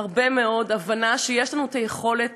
הרבה מאוד הבנה שיש לנו היכולת.